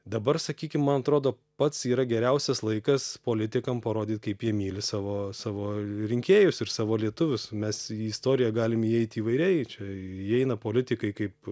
dabar sakykim man atrodo pats yra geriausias laikas politikam parodyt kaip jie myli savo savo rinkėjus ir savo lietuvius mes į istoriją galim įeit įvairiai čia įeina politikai kaip